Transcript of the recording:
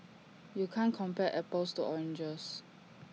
you can't compare apples to oranges